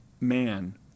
Man